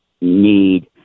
need